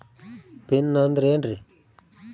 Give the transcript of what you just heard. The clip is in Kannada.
ಪಿನ್ ಅಂದ್ರೆ ಏನ್ರಿ?